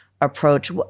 approach